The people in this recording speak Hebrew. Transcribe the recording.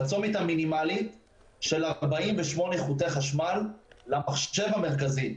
בצומת המינימלית של 48 חוטי חשמל למחשב המרכזי.